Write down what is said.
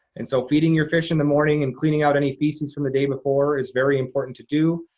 and so feeding your fish in the morning and cleaning out any feces from the day before is very important to do.